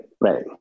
right